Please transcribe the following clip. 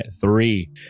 Three